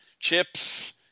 chips